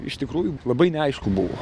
iš tikrųjų labai neaišku buvo